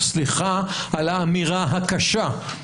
סליחה על האמירה הקשה.